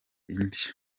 indi